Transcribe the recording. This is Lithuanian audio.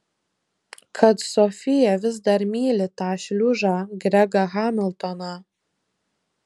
kad sofija vis dar myli tą šliužą gregą hamiltoną